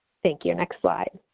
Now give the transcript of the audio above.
thank you. next slide.